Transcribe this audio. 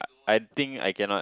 I think I cannot